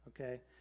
okay